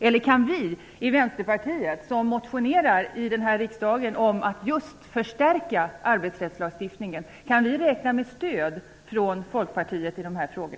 Eller kan vi i Vänsterpartiet som motionerar om att just förstärka arbetsrättslagstiftningen räkna med stöd från Folkpartiet i dessa frågor?